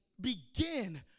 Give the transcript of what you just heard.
begin